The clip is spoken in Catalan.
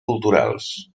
culturals